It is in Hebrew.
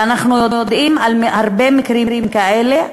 ואנחנו יודעים על הרבה מקרים כאלה.